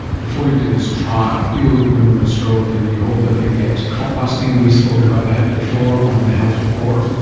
before you did this trial, people would come in with a stroke and you hope that they get clot busting, and we've spoken about that before on the health report.